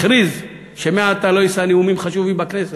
הכריז שמעתה לא יישא את נאומים חשובים בכנסת,